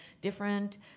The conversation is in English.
different